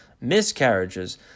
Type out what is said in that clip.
miscarriages